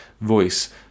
voice